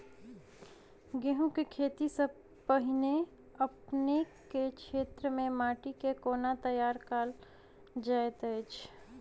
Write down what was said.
गेंहूँ केँ खेती सँ पहिने अपनेक केँ क्षेत्र मे माटि केँ कोना तैयार काल जाइत अछि?